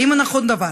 1. האם נכון הדבר?